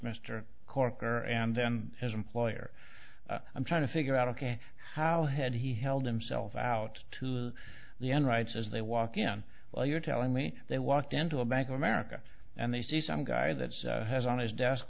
mr corker and then as employer i'm trying to figure out ok how had he held himself out to the end rights as they walk in well you're telling me they walked into a bank of america and they see some guy that has on his desk